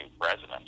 president